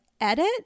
edit